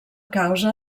causa